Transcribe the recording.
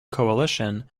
coalition